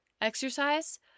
exercise